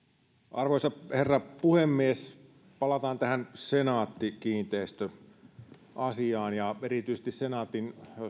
arvoisa herra puhemies palataan tähän senaatti kiinteistöt asiaan ja erityisesti senaattiin